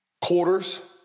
Quarters